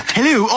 Hello